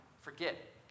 forget